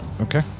Okay